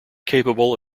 capable